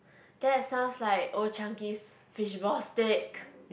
that sounds like Old-Chang-Kee's fish ball stick